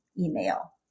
email